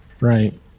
right